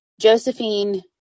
Josephine